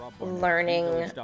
learning